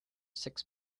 six